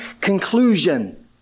conclusion